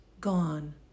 gone